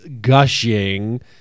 gushing